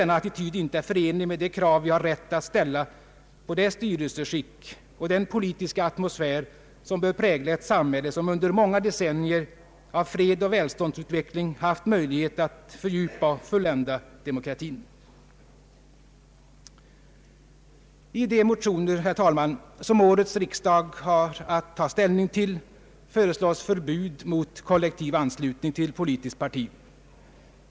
Denna attityd är inte förenlig med de krav vi har rätt att ställa på det styrelseskick och den politiska atmosfär som bör prägla ett samhälle vilket under många decennier av fred och välståndsutveckling haft möjlighet att fördjupa och fullända demokratin. I de motioner, herr talman, som årets riksdag har att ta ställning till, föreslås förbud mot kollektiv anslutning till politiskt parti.